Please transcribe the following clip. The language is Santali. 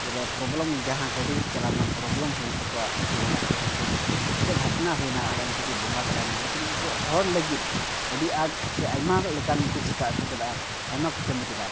ᱤᱭᱟᱹ ᱨᱮ ᱯᱨᱚᱵᱽᱞᱮᱢ ᱡᱟᱦᱟᱸ ᱛᱮᱠᱚ ᱪᱟᱞᱟᱣ ᱞᱮᱱᱟ ᱯᱨᱚᱵᱽᱞᱮᱢ ᱦᱩᱭᱮᱱ ᱛᱟᱠᱚᱣᱟ ᱩᱱᱠᱩ ᱚᱸᱰᱮ ᱠᱷᱚᱡ ᱩᱱᱠᱩᱣᱟᱜ ᱜᱷᱚᱴᱱᱟ ᱦᱩᱭᱱᱟ ᱟᱨ ᱩᱱᱠᱩ ᱠᱚ ᱵᱚᱸᱜᱟ ᱛᱟᱞᱟᱭᱱᱟ ᱞᱮᱠᱤᱱ ᱩᱱᱠᱩ ᱦᱚᱲ ᱞᱟᱹᱜᱤᱫ ᱟᱹᱰᱤ ᱟᱸᱴ ᱥᱮ ᱟᱭᱢᱟ ᱞᱮᱠᱟᱱ ᱠᱚ ᱪᱮᱠᱟ ᱦᱚᱴᱚ ᱠᱟᱫᱟ ᱟᱭᱢᱟ ᱠᱚ ᱠᱟᱹᱢᱤ ᱠᱮᱫᱟ